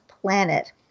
planet